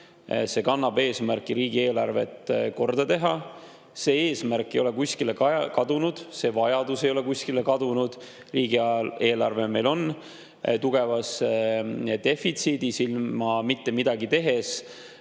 See kannab eesmärki riigieelarvet korda teha ja see eesmärk ei ole kuskile kadunud, see vajadus ei ole kuskile kadunud. Riigieelarve on meil tugevas defitsiidis. Kui me mitte midagi ei